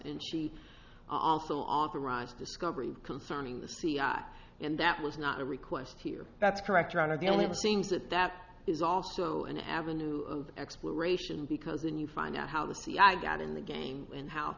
and she also authorized discovery concerning the c i and that was not a request here that's correct one of the only things that that is also an avenue of exploration because when you find out how the sea i got in the game and how